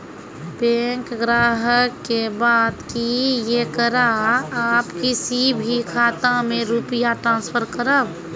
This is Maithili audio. बैंक ग्राहक के बात की येकरा आप किसी भी खाता मे रुपिया ट्रांसफर करबऽ?